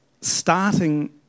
Starting